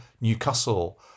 newcastle